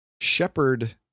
shepherd